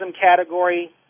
category